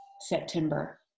September